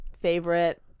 favorite